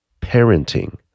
Parenting